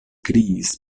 kriis